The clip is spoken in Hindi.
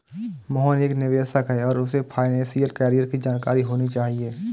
मोहन एक निवेशक है और उसे फाइनेशियल कैरियर की जानकारी होनी चाहिए